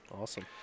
awesome